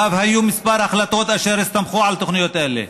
ואף היו כמה החלטות אשר הסתמכו על תוכניות אלה,